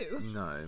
No